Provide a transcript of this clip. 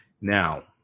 now